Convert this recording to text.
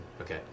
Okay